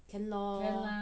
can lor